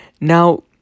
Now